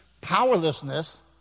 powerlessness